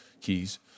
keys